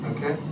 Okay